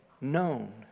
known